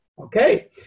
Okay